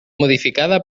modificada